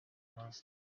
asked